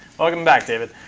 welcome back, david.